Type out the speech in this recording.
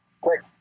Quick